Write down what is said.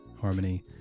Harmony